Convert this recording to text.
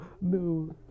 no